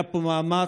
היה פה מאמץ